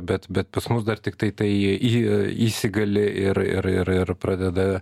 bet bet pas mus dar tiktai tai į įsigali ir ir ir ir pradeda